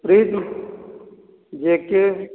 रेजू जे के